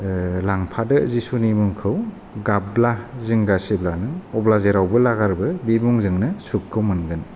लांफादो जिसुनि मुंखौ गाबब्ला जिंगासिबा नों अब्ला जेरावबो लागारबो बिनि मुंजोंनि सुखखौ मोनगोन